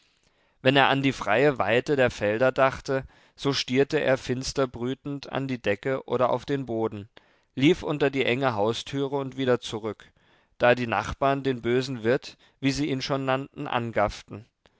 wenn er an die freie weite der felder dachte so stierte er finster brütend an die decke oder auf den boden lief unter die enge haustüre und wieder zurück da die nachbarn den bösen wirt wie sie ihn schon nannten angafften